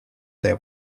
their